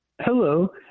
Hello